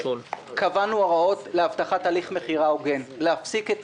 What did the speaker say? קבענו הוראות להבטחת הליך מכירה הוגן להפסיק את